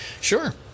Sure